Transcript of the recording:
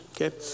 okay